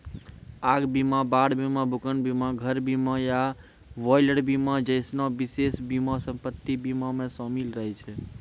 आग बीमा, बाढ़ बीमा, भूकंप बीमा, घर बीमा या बॉयलर बीमा जैसनो विशेष बीमा सम्पति बीमा मे शामिल रहै छै